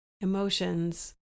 emotions